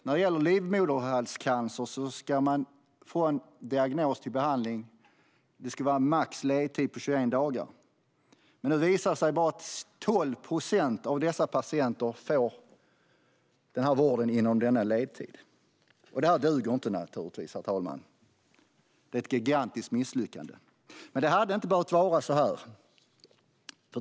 När det gäller livmoderhalscancer ska det från diagnos till behandling vara en maximal ledtid på 21 dagar. Nu visar det sig att bara 12 procent av patienterna får vården inom denna ledtid. Det här duger naturligtvis inte, herr talman. Det är ett gigantiskt misslyckande. Men det hade inte behövt vara så här.